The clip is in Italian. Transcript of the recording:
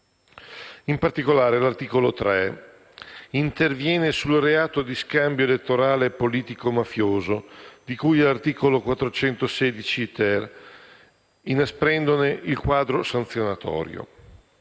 In particolare, l'articolo 3 interviene sul reato di scambio elettorale politico-mafioso, di cui all'articolo 416-*ter*, inasprendone il quadro sanzionatorio.